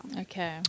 Okay